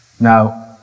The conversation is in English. now